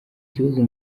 kibazo